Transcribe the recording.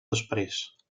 després